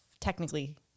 technically –